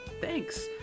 thanks